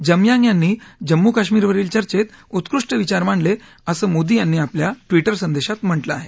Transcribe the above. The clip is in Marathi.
जमयांग यांनी जम्मूकाश्मीर वरील चर्चेत उत्कृष्ट विचार मांडले असं मोदीं यांनी आपल्या ट्विटर संदेशात म्हटलं आहे